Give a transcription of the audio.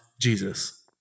Jesus